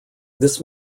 this